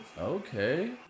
Okay